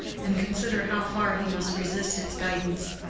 and consider how far he must resist its guidance.